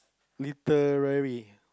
literary